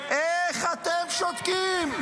איך אתם שותקים?